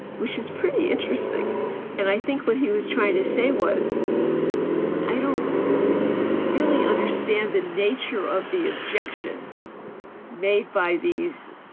which is pretty interesting and i think what he was trying to say was i don't really understand the nature of the objection made by these.